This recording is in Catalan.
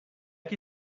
qui